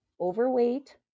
overweight